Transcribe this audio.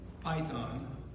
python